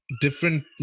different